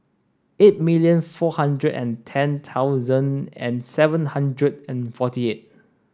eight million four hundred and ten thousand and seven hundred and forty eight